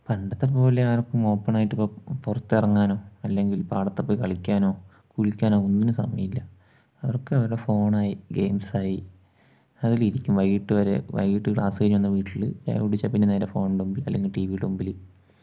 പണ്ടത്തെപ്പോലെ ആർക്കും ഓപ്പണായിട്ട് ഇപ്പോൾ പുറത്തിറങ്ങാനും അല്ലെങ്കിൽ പാടത്തുപോയി കളിക്കാനോ കുളിക്കാനോ ഒന്നിനും സമയമില്ല അവർക്കവരുടെ ഫോണായി ഗെയിംസായി അതിലിരിക്കും വൈകീട്ട് വരെ വൈകിട്ട് ക്ലാസ്സ് കഴിഞ്ഞു വന്നാൽ വീട്ടിൽ ചായ കുടിച്ചാൽ പിന്നെ നേരെ ഫോണിന്റെ മുമ്പിൽ അല്ലെങ്കിൽ ടീ വീടെ മുമ്പിൽ